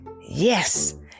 Yes